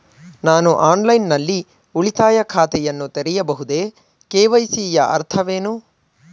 ನಾನು ಆನ್ಲೈನ್ ನಲ್ಲಿ ಉಳಿತಾಯ ಖಾತೆಯನ್ನು ತೆರೆಯಬಹುದೇ? ಕೆ.ವೈ.ಸಿ ಯ ಅರ್ಥವೇನು?